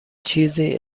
چیزی